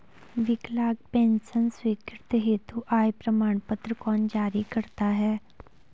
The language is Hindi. विकलांग पेंशन स्वीकृति हेतु आय प्रमाण पत्र कौन जारी करता है?